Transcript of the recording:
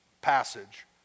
passage